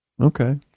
Okay